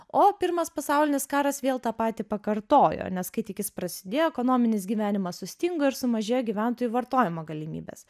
o pirmas pasaulinis karas vėl tą patį pakartojo nes kai tik jis prasidėjo ekonominis gyvenimas sustingo ir sumažėjo gyventojų vartojimo galimybės